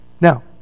Now